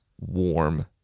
warm